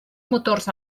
motors